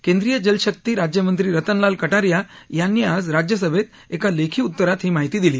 केंद्रीय जलशक्ती राज्यमंत्री रतनलाल कटारिया यांनी आज राज्यसभेत एका लेखी उत्तरात ही माहिती दिली